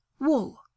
Wool